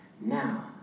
Now